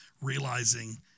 realizing